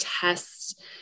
test